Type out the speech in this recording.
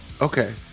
Okay